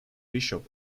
bishop